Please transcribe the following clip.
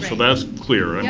so that's clear. yeah